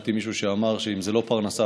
ושמעתי מישהו שאמר שאם זה לא פרנסה,